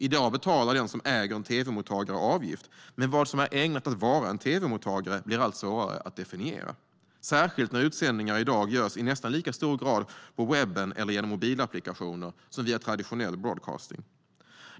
I dag betalar den som äger en tv-mottagare avgift, men vad som är ägnat att vara en tv-mottagare blir allt svårare att definiera, särskilt när utsändningar i dag görs i nästan lika hög grad på webben eller genom mobilapplikationer som via traditionell broadcasting.